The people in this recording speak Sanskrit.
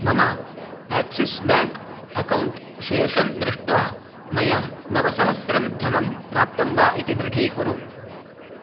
मम एक्सिस् बेङ्क् अकौण्ट् शेषं दृष्ट्वा मया नवसहस्रं धनं प्राप्तं वा इति दृढीकुरु